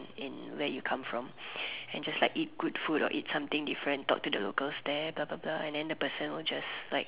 in where you come from and just like eat good food or eat something different talk to the locals there blah blah blah and then the person will just like